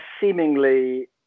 seemingly